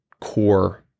core